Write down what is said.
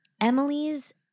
Emily's